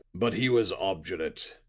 but he was obdurate.